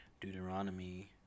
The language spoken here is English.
Deuteronomy